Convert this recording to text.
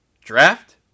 draft